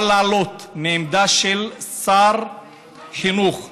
אבל לעלות מעמדה של שר חינוך,